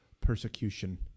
persecution